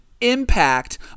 impact